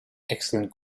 excellent